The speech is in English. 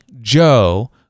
Joe